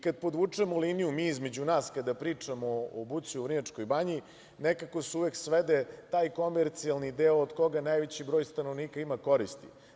Kada podvučemo liniju, mi između nas kada pričamo o buci u Vrnjačkoj banji, nekako se uvek svede taj komercijalni deo od koga najveći broj stanovnika ima koristi.